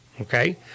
okay